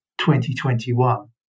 2021